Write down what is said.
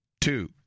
two